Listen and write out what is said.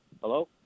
hello